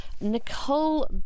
Nicole